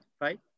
right